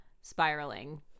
Spiraling